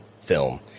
film